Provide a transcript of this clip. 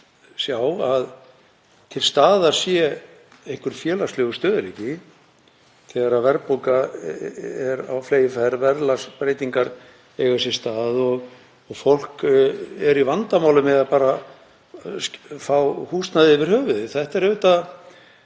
að til staðar sé einhver félagslegur stöðugleiki þegar verðbólga er á fleygiferð, verðlagsbreytingar eiga sér stað og fólk er í vandræðum með að fá þak yfir höfuðið. Þetta er auðvitað